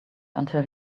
until